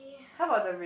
how about the radio